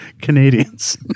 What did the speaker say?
Canadians